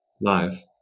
live